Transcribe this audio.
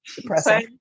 depressing